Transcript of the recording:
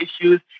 issues